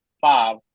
five